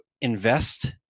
invest